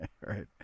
right